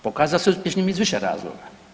Pokazao se uspješnim iz više razloga.